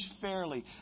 fairly